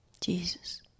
Jesus